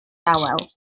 dawel